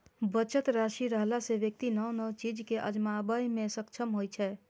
बचत राशि रहला सं व्यक्ति नव नव चीज कें आजमाबै मे सक्षम होइ छै